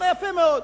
יפה מאוד.